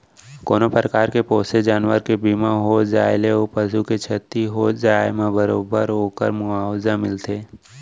कोनों परकार के पोसे जानवर के बीमा हो जाए म ओ पसु के छति हो जाए म बरोबर ओकर मुवावजा मिलथे